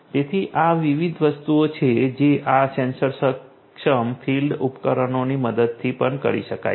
તેથી આ વિવિધ વસ્તુઓ છે જે આ સેન્સર સક્ષમ ફીલ્ડ ઉપકરણોની મદદથી કરી શકાય છે